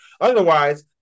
Otherwise